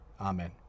Amen